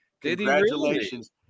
congratulations